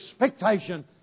expectation